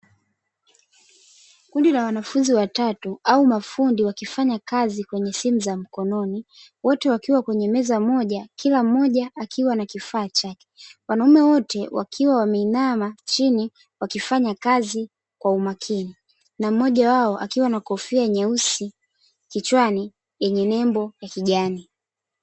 Kundi la wanafunzi watatu au mafundi wakifanya kazi kwenye simu za mkononi, wote wakiwa kwenye meza moja kila mmoja akiwa na kifaa chake, wanaume wote wakiwa wameinama chini wakifanya kazi kwa umakini, na mmoja wao akiwa na kofia nyeusi kichwani yenye nembo ya kijani.